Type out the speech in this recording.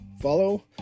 follow